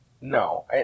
no